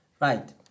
right